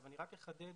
אני אחדד